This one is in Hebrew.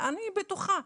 אני בטוחה,